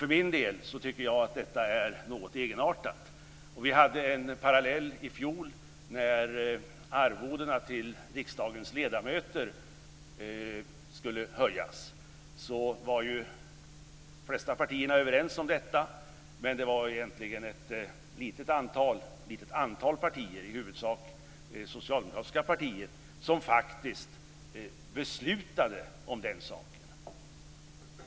För min del tycker jag att detta är något egenartat. Vi hade en parallell i fjol när arvodena till riksdagens ledamöter skulle höjas. Då var de flesta partierna överens, men det var egentligen ett litet antal partier, i huvudsak det socialdemokratiska partiet, som faktiskt beslutade om saken.